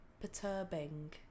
perturbing